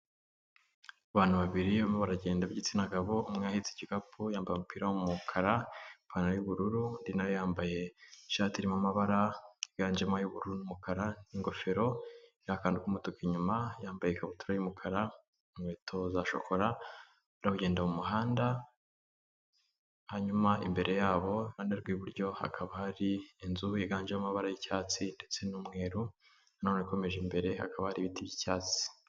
Abantu 2 baragenda igitsina gabo umwe ahetse igikapu yambara umupira w'umukara ipantaro y'ubururu nayo yambaye ishati irimo amabara y'ubururu n'umukara n'ingofero iriho akantu inyuma yambaye ikabutura y'umukara inkweto za shokora aragenda mumuhanda hanyuma imbere yabo iruhande rw'iburyo hakaba hari inzu yiganjemo amabara y'icyatsi ndetse n'umweru none ikomeje imbere hakaba ibiti by'icyatsi.